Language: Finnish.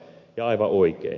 ja aivan oikein